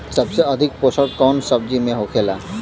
सबसे अधिक पोषण कवन सब्जी में होखेला?